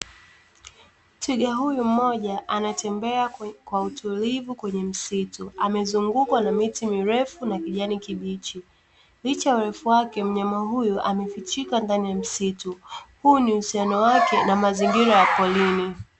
Twiga huyu mmoja anatembea kwa utulivu kwenye msitu. Amezungukwa na miti mirefu na kijani kibichi. Licha ya urefu wake, mnyama huyu amefichika ndani ya msitu. Huu ni uhusiano wake na mazingira ya porini.